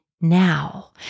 now